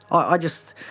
i just,